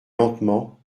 lentement